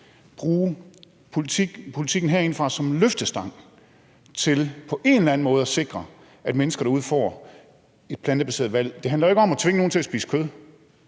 bruge politikken herindefra som en løftestang til på en eller anden måde at sikre, at mennesker derude får et plantebaseret valg? Det handler jo ikke om at tvinge nogen til ikke at spise kød.